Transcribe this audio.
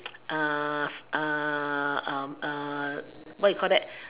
what you call that